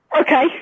Okay